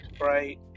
Right